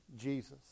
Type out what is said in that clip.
Jesus